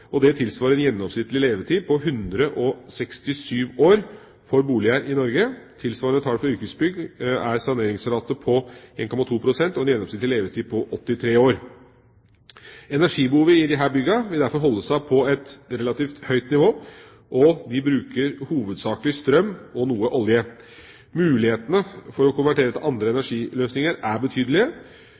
år. Det tilsvarer en gjennomsnittlig levetid på 167 år for boliger i Norge. Tilsvarende tall for yrkesbygg er en saneringsrate på 1,2 pst. og en gjennomsnittlig levetid på 83 år. Energibehovet i disse byggene vil derfor holde seg på et relativt høyt nivå, og de bruker hovedsakelig strøm og noe olje. Mulighetene for å konvertere til andre energiløsninger er betydelige.